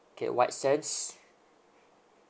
K white sands